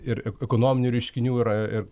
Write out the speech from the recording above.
ir ekonominių reiškinių yra ir